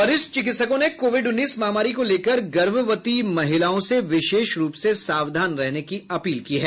वरिष्ठ चिकित्सकों ने कोविड उन्नीस महामारी को लेकर गर्भवती महिलाओं से विशेष रूप से सावधान रहने की अपील की है